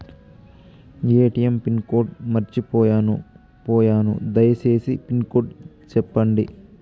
ATM pin code మర్చిపోయాను పోయాను దయసేసి పిన్ కోడ్ సెప్పండి?